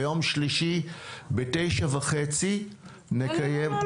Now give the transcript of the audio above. ביום שלישי ב-9:30 --- לא,